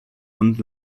und